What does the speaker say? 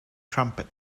trumpet